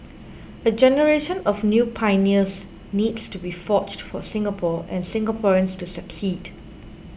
a generation of new pioneers needs to be forged for Singapore and Singaporeans to succeed